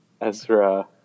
Ezra